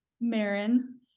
Marin